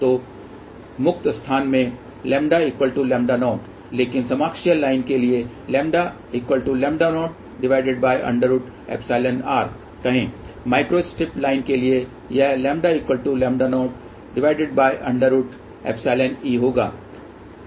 तो मुक्त स्थान में λλ0 लेकिन समाक्षीय लाइन के लिए λλ0√ϵr कहें माइक्रोस्ट्रिप लाइन के लिए यह λλ0√ϵe होगा